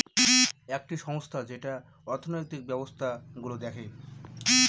একটি সংস্থা যেটা অর্থনৈতিক ব্যবস্থা গুলো দেখে